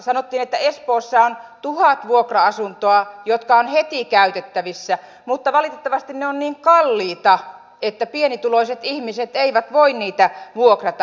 sanottiin että espoossa on tuhat vuokra asuntoa jotka ovat heti käytettävissä mutta valitettavasti ne ovat niin kalliita että pienituloiset ihmiset eivät voi niitä vuokrata